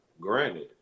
granted